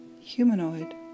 humanoid